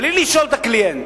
בלי לשאול את הקליינט.